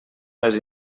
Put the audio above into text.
les